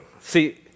See